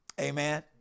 Amen